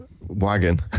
wagon